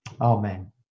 Amen